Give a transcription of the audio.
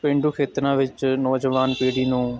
ਪੇਂਡੂ ਖੇਤਰਾਂ ਵਿੱਚ ਨੌਜਵਾਨ ਪੀੜ੍ਹੀ ਨੂੰ